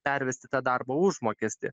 pervesti tą darbo užmokestį